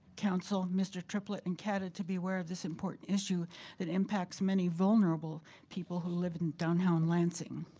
council, mr. triplet and cata to be aware of this important issue that impacts many vulnerable people who live in downtown lansing.